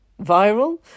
viral